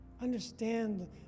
Understand